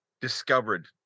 discovered